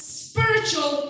spiritual